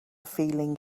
feeling